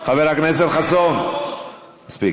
חבר הכנסת חסון, מספיק.